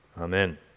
Amen